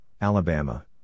Alabama